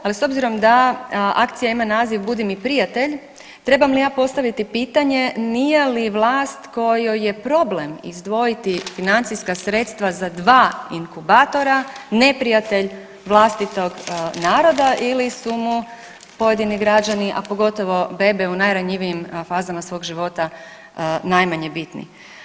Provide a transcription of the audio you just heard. Ali s obzirom da akcija ima naziv „Budi mi prijatelj“ trebam li ja postaviti pitanje nije li vlast kojoj je problem izdvojiti financijska sredstva za dva inkubatora neprijatelj vlastitog naroda ili su mu pojedini građani, a pogotovo bebe u najranjivijim fazama svog života najmanje bitni?